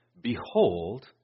Behold